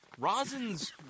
Rosins